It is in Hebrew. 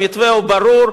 המתווה הוא ברור,